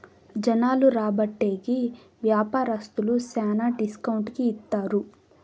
జనాలు రాబట్టే కి వ్యాపారస్తులు శ్యానా డిస్కౌంట్ కి ఇత్తారు